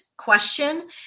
question